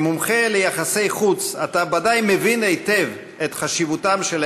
כמומחה ליחסי חוץ אתה ודאי מבין היטב את חשיבותם של